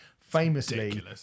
famously